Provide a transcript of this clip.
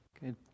Good